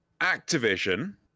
Activision